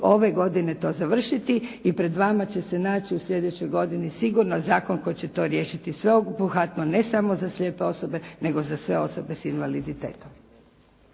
ove godine to završiti i pred nama će se naći u slijedećoj godini sigurno zakon koji će to riješiti sveobuhvatno, ne samo za slijepe osobe, nego za sve osobe s invaliditetom.